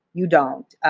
you don't.